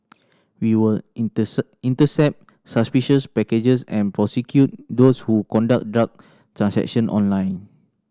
we will intercept suspicious packages and prosecute those who conduct drug transaction online